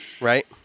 Right